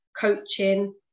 coaching